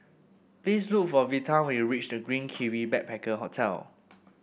please look for Vita when you reach The Green Kiwi Backpacker Hotel